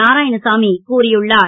நாராயணசாமி கூறியுள்ளார்